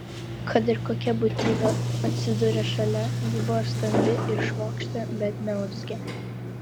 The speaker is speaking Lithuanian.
kad ir kokia būtybė atsidūrė šalia ji buvo stambi ir švokštė bet neurzgė